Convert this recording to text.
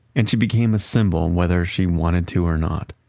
and she became a symbol, and whether she wanted to or not.